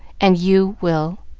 and you will.